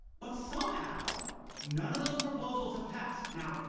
but somehow none of those proposals have passed. now,